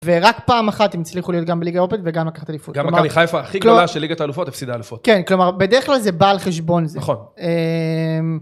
ורק פעם אחת הם הצליחו להיות גם בליגה אירופית וגם לקחת אליפות. גם מכבי חיפה הכי גדולה של ליגת האלופות הפסידה אלפות. כן, כלומר בדרך כלל זה בא על חשבון זה. נכון.